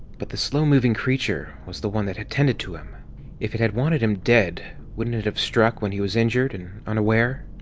but the slow-moving creature was the one that had tended to him the it had wanted him dead, wouldn't it have struck when he was injured and unaware?